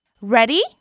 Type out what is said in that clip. Ready